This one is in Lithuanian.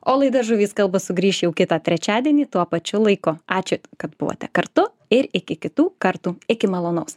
o laida žuvys kalba sugrįš jau kitą trečiadienį tuo pačiu laiku ačiū kad buvote kartu ir iki kitų kartų iki malonaus